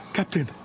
Captain